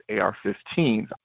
AR-15s